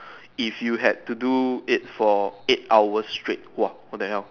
if you had to do it for eight hours straight !wah! what the hell